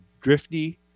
drifty